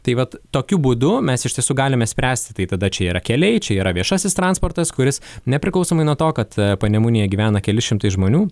tai vat tokiu būdu mes iš tiesų galime spręsti tai tada čia yra keliai čia yra viešasis transportas kuris nepriklausomai nuo to kad panemunėje gyvena keli šimtai žmonių